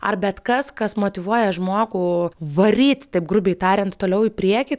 ar bet kas kas motyvuoja žmogų varyti taip grubiai tariant toliau į priekį